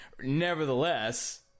nevertheless